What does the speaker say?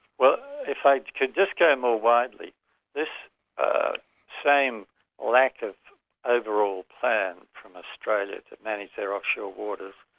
well if i could just go more widely this ah same lack of overall plan from australia to manage their offshore waters,